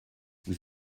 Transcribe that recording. vous